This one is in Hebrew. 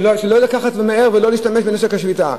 לא למהר ולהשתמש בנשק השביתה.